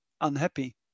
unhappy